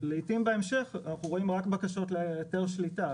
לעתים בהמשך אנחנו רואים רק בקשות להיתר שליטה.